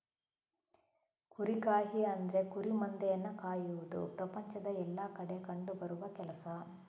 ಕುರಿಗಾಹಿ ಅಂದ್ರೆ ಕುರಿ ಮಂದೆಯನ್ನ ಕಾಯುವುದು ಪ್ರಪಂಚದ ಎಲ್ಲಾ ಕಡೆ ಕಂಡು ಬರುವ ಕೆಲಸ